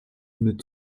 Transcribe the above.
mit